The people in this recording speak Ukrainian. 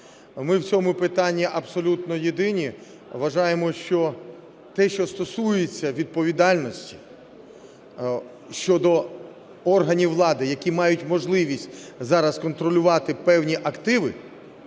Ми в цьому питанні абсолютно єдині, вважаємо, що те, що стосується відповідальності щодо органів влади, які мають можливість зараз контролювати певні активи,